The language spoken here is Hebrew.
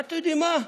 ואתם יודעים מה?